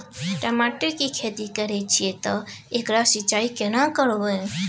टमाटर की खेती करे छिये ते एकरा सिंचाई केना करबै?